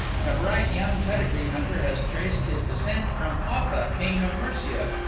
and a bright young pedigree-hunter has traced his descent from offa, king of mercia.